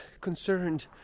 concerned